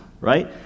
right